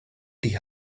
die